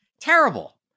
Terrible